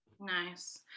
nice